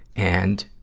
and,